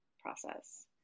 process